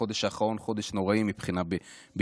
החודש האחרון הוא חודש נוראי מבחינה ביטחונית.